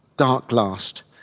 dark-glassed,